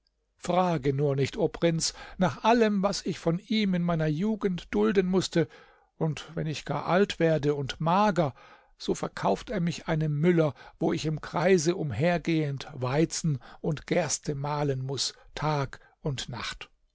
frage nur nicht o prinz nach allem was ich von ihm in meiner jugend dulden muß und wenn ich gar alt werde und mager so verkauft er mich einem müller wo ich im kreise umhergehend weizen und gerste mahlen muß tag und nacht